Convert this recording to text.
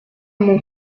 mon